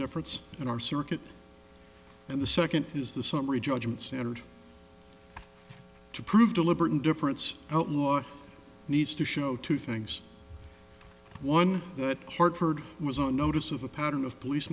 indifference in our circuit and the second is the summary judgment standard to prove deliberate indifference out what needs to show two things one that hartford was on notice of a pattern of police